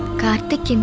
karthik, and